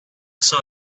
saw